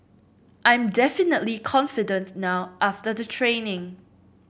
I'm definitely confident now after the training